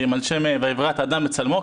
על שם "ויברא את האדם בצלמו",